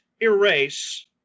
erase